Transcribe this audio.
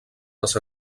les